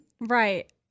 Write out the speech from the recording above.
Right